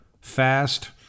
Fast